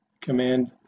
command